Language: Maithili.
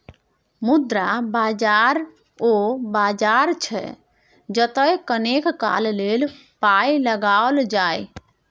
मुद्रा बाजार ओ बाजार छै जतय कनेक काल लेल पाय लगाओल जाय